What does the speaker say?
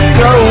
go